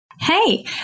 Hey